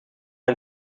een